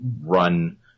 run